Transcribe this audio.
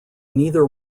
neither